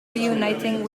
reuniting